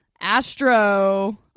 astro